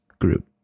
group